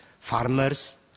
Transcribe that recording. farmers